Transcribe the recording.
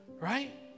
Right